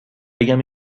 بگم